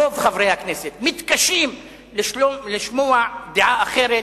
רוב חברי הכנסת מתקשים לשמוע דעה אחרת,